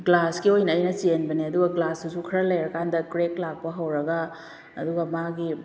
ꯒ꯭ꯂꯥꯁꯀꯤ ꯑꯣꯏꯅ ꯑꯩꯅ ꯆꯦꯟꯕꯅꯦ ꯑꯗꯨꯒ ꯒ꯭ꯂꯥꯁꯇꯨꯁꯨ ꯈꯔ ꯂꯩꯔꯀꯥꯟꯗ ꯀ꯭ꯔꯦꯛ ꯂꯥꯛꯄ ꯍꯧꯔꯒ ꯑꯗꯨꯒ ꯃꯥꯒꯤ